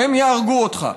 יהרגו אותך.